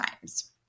times